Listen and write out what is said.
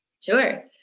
Sure